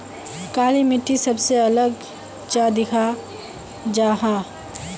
काली मिट्टी सबसे अलग चाँ दिखा जाहा जाहा?